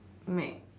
mag~